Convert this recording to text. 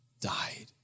died